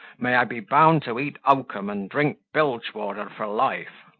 may i be bound to eat oakum and drink bilge-water for life.